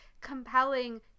compelling